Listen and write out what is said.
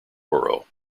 borough